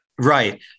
right